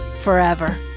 forever